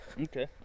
Okay